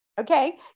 Okay